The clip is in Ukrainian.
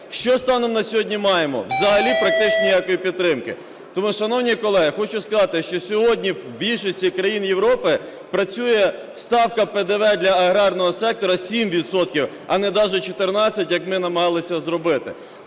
Що станом на сьогодні маємо? Взагалі практично ніякої підтримки. Тому, шановні колеги, хочу сказати, що сьогодні в більшості країн Європи працює ставка ПДВ для аграрного сектора 7 відсотків, а не даже 14, як ми намагалися зробити.